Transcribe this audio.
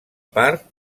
part